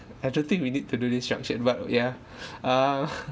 I don't think we need to do this structured but yeah uh